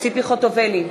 ציפי חוטובלי,